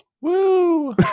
Woo